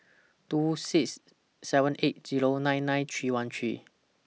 two six seven eight Zero nine nine three one three